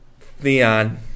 Theon